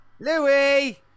Louis